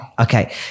Okay